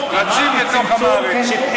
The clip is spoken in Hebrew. רצים לתוך המערכת.